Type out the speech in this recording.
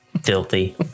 Filthy